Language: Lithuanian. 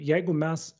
jeigu mes